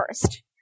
first